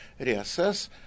reassess